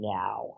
now